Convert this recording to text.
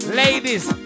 ladies